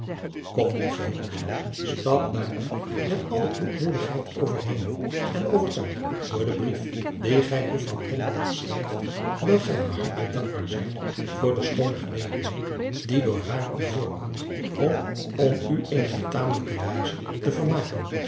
kom lieve hilletje stap daar nu met alle kloekmoedigheid over henen en overtuig door den brief dien gij juffrouw krombalg schrijft dat gij haar hartelijk dankbaar zijt voor de schoone gelegenheid die door haar u voorkomt op om u eene betamelijke wijze te vermaken